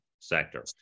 sector